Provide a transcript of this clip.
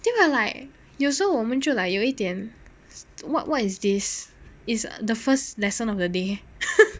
then 我 like 有时候我们就来有一点 what what is this is the first lesson of the day